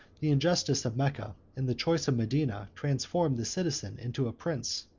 the injustice of mecca and the choice of medina, transformed the citizen into a prince,